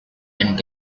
and